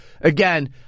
again